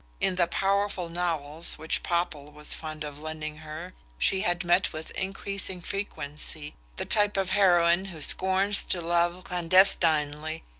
in the powerful novels which popple was fond of lending her she had met with increasing frequency the type of heroine who scorns to love clandestinely,